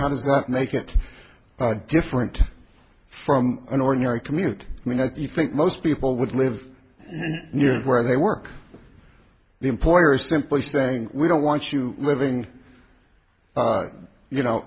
how does that make it different from an ordinary commute i mean if you think most people would live near where they work the employer is simply saying we don't want you living you know